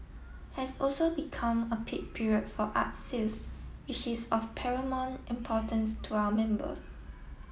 has also become a peak period for art sales which is of paramount importance to our members